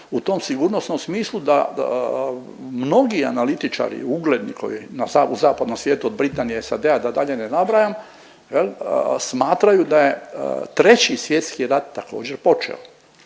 u tom sigurnosnom smislu da mnogi analitičari ugledni koji u zapadnom svijetu od Britanije, SAD-a da dalje ne nabrajam jel smatraju da je treći svjetski rat također počeo